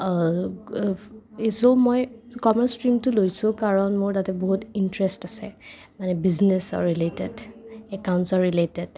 চ' মই কমাৰ্চ ষ্ট্ৰীমটো লৈছো কাৰণ মোৰ তাতে বহুত ইণ্টাৰেষ্ট আছে মানে বিজনেচৰ ৰিলেটেড একাউঞ্চৰ ৰিলেটেড